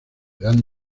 dan